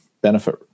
benefit